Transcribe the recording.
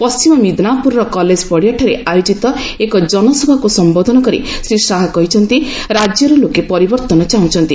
ପଣ୍ଟିମ ମିଦ୍ନାପୁରର କଲେଜ ପଡ଼ିଆଠାରେ ଆୟୋଜିତ ଏକ ଜନସଭାକୁ ସମ୍ବୋଧନ କରି ଶ୍ରୀ ଶାହା କହିଛନ୍ତି ରାଜ୍ୟର ଲୋକେ ପରିବର୍ତ୍ତନ ଚାହୁଁଛନ୍ତି